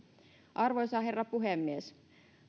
arvoisa herra puhemies